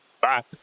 Bye